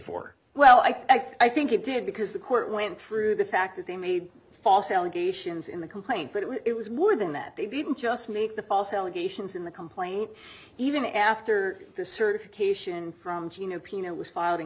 for well i think it did because the court went through the fact that they made false allegations in the complaint that it was wood and that they didn't just make the false allegations in the complaint even after the certification from jena peanut was filed in